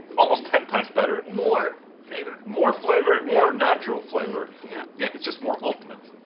almost ten times better more flavour more flavour, more natural flavour. yeah yeah, it's just more ultimate,